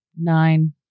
Nine